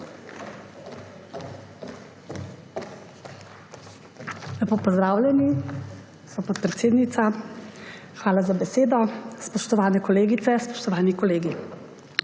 Lepo pozdravljeni! Gospa podpredsednica, hvala za besedo. Spoštovane kolegice, spoštovani kolegi!